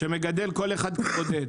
שמגדל כל אחד כבודד.